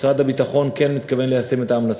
משרד הביטחון כן מתכוון ליישם את ההמלצות.